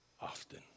often